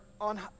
on